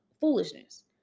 foolishness